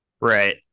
right